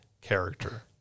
character